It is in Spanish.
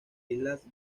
islas